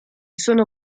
sono